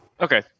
Okay